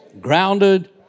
grounded